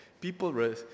people